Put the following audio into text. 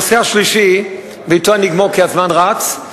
הנושא השלישי, ואתו אני אגמור, כי הזמן רץ,